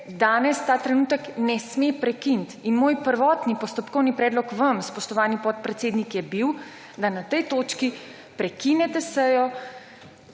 danes ta trenutek ne sme prekiniti. In moj prvotni postopkovni predlog vam, spoštovani podpredsednik, je bil, da na tej točki prekinete sejo,